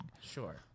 Sure